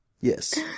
Yes